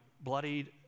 bloodied